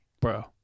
bro